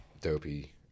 Dopey